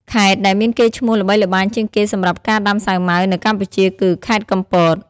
ខេត្តដែលមានកេរ្តិ៍ឈ្មោះល្បីល្បាញជាងគេសម្រាប់ការដាំសាវម៉ាវនៅកម្ពុជាគឺ ខេត្តកំពត។